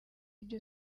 byo